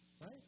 Right